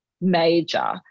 major